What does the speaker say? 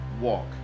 walk